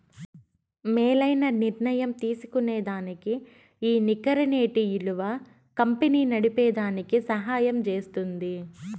మేలైన నిర్ణయం తీస్కోనేదానికి ఈ నికర నేటి ఇలువ కంపెనీ నడిపేదానికి సహయం జేస్తుంది